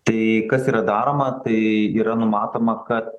tai kas yra daroma tai yra numatoma kad